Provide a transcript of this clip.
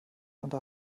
unter